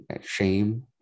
Shame